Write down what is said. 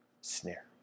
Snare